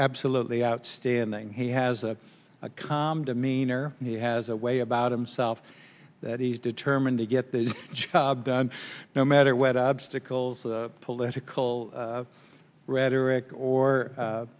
absolutely outstanding he has a calm demeanor he has a way about himself that he's determined to get the job done no matter what obstacles political rhetoric or